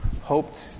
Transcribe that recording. Hoped